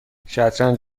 شطرنج